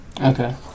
Okay